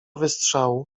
wystrzału